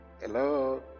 Hello